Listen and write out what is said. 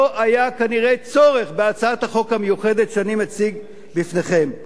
לא היה כנראה צורך בהצעת החוק המיוחדת שאני מציג בפניכם.